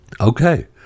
Okay